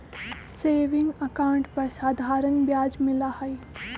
saving account पर साधारण ब्याज मिला हई